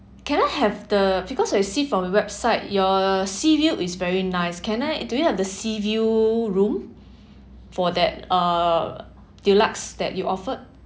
can I have the because I see from website your sea view is very nice can I do you have the sea view room for that uh deluxe that you offered